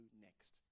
next